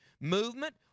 movement